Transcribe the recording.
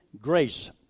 grace